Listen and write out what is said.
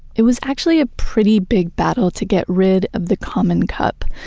it was actually a pretty big battle to get rid of the common cup.